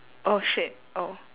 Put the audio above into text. oh shit oh